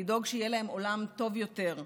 לדאוג שיהיה להם עולם טוב יותר.